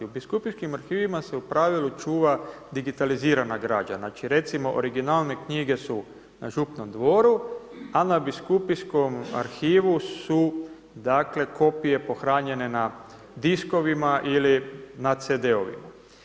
U biskupijskim arhivima se u pravilu čuva digitalizirana građa, znači recimo originalne knjige su na župnom dvoru, a na biskupijskom arhivu su kopije pohranjene na diskovima ili na CD-ovima.